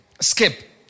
skip